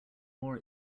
more